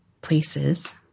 places